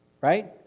Right